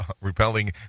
repelling